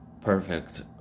perfect